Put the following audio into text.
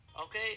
Okay